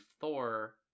Thor